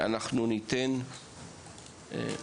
אנחנו ניתן לאלירן,